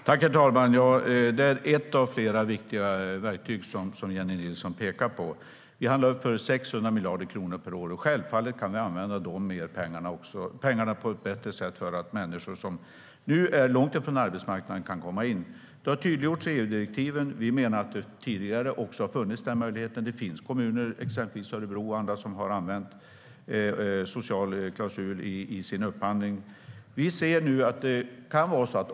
Herr talman! Det Jennie Nilsson pekar på är ett av flera viktiga verktyg. Vi upphandlar för 600 miljarder kronor per år, och självfallet kan vi använda pengarna på ett bättre sätt så att människor som nu står långt ifrån arbetsmarknaden kan komma in. Detta har tydliggjorts i EU-direktiven, och vi menar att möjligheten har funnits även tidigare. Det finns kommuner, exempelvis Örebro och andra, som har använt en social klausul i sin upphandling.